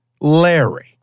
Larry